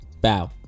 bow